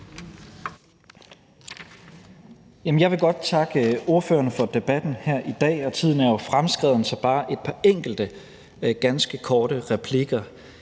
Jeg vil godt takke ordførerne for debatten her i dag, og tiden er jo fremskreden, så jeg vil bare komme med et par enkelte ganske korte replikker.